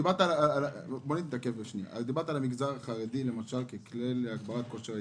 דיברת על המגזר החרדי ככלי להגברת כושר ההשתכרות.